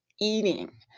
eating